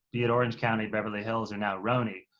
be it orange county, beverly hills or now rhony,